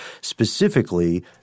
specifically